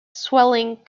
swelling